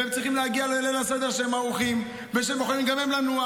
והם צריכים להגיע לליל הסדר כשהם ערוכים וכשהם יכולים גם הם לנוח.